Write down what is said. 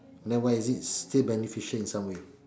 then why is it still beneficial in some way